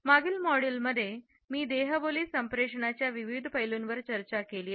मागील मॉड्यूलमध्ये मी देहबोली संप्रेषणाच्या विविध पैलूंवर चर्चा केली आहे